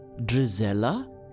Drizella